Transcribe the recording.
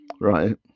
Right